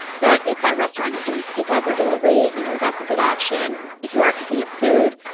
but if that restaurant is doing pickup or delivery, you know, that's a good option. if you are picking up food,